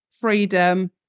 freedom